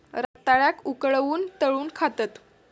रताळ्याक उकळवून, तळून खातत